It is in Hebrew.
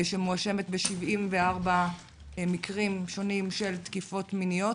שמואשמת ב-74 מקרים שונים של תקיפות מיניות.